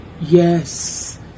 Yes